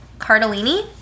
Cardellini